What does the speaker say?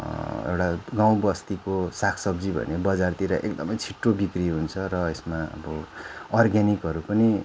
एउटा गाउँबस्तीको सागसब्जी भन्यो बजारतिर एकदमै छिट्टो बिक्री हुन्छ र यसमा अब अर्ग्यानिकहरू पनि